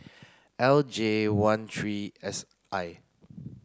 L J one three S I